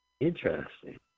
Interesting